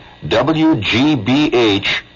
WGBH